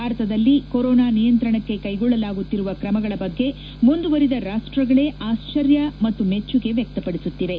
ಭಾರತದಲ್ಲಿ ಕೊರೋನಾ ನಿಯಂತ್ರಣಕ್ಕೆ ಕೈಗೊಳ್ಳಲಾಗುತ್ತಿರುವ ಕ್ರಮಗಳ ಬಗ್ಗೆ ಮುಂದುವರೆದ ರಾಷ್ಟಗಳೇ ಆಕ್ಷರ್ಯ ಮತ್ತು ಮಚ್ಚುಗೆ ವ್ಯಕ್ತಪಡಿಸುತ್ತಿವೆ